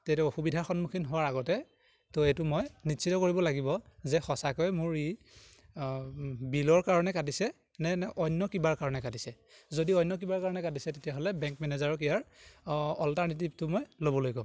তে এইটো অসুবিধাৰ সন্মুখীন হোৱাৰ আগতে তো এইটো মই নিশ্চিত কৰিব লাগিব যে সঁচাকৈ মোৰ ই বিলৰ কাৰণে কাটিছে নে নে অন্য কিবাৰ কাৰণে কাটিছে যদি অন্য কিবাৰ কাৰণে কাটিছে তেতিয়াহ'লে বেংক মেনেজাৰক ইয়াৰ অল্টাৰনেটিভটো মই ল'বলৈ ক'ম